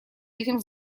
этим